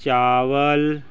ਚਾਵਲ